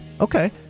okay